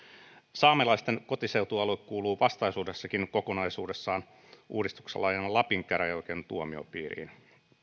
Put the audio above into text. saamelaisten kotiseutualue kuuluu uudistuksessa vastaisuudessakin kokonaisuudessaan lapin käräjäoikeuden tuomiopiiriin